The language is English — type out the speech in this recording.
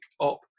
up